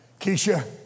Keisha